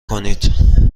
کنید